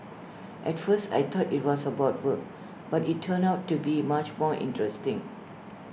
at first I thought IT was about work but IT turned out to be much more interesting